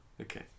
Okay